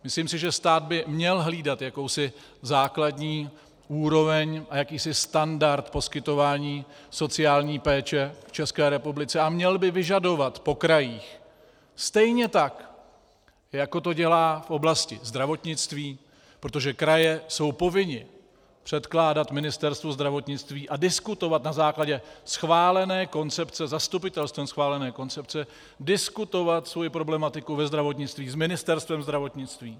Myslím si, že stát by měl hlídat jakousi základní úroveň a jakýsi standard poskytování sociální péče v České republice a měl by vyžadovat po krajích stejně tak, jako to dělá v oblasti zdravotnictví, protože kraje jsou povinny předkládat Ministerstvu zdravotnictví a diskutovat na základě zastupitelstvem schválené koncepce, diskutovat svoji problematiku ve zdravotnictví s Ministerstvem zdravotnictví.